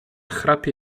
chrapie